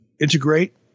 integrate